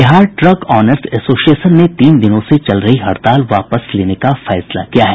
Bihar truck owners association ने तीन दिनों से चल रही हड़ताल वापस लेने का फैसला किया है